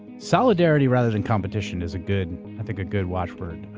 solidarity rather than competition is a good, i think a good watch word.